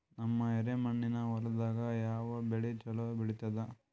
ನಮ್ಮ ಎರೆಮಣ್ಣಿನ ಹೊಲದಾಗ ಯಾವ ಬೆಳಿ ಚಲೋ ಬೆಳಿತದ?